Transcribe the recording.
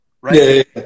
right